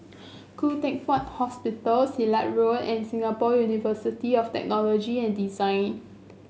Khoo Teck Puat Hospital Silat Road and Singapore University of Technology and Design